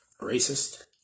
racist